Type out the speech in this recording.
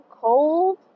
cold